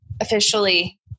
officially